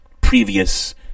previous